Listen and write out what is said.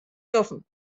dürfen